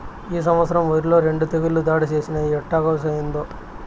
ఈ సంవత్సరం ఒరిల రెండు తెగుళ్ళు దాడి చేసినయ్యి ఎట్టాగో, ఏందో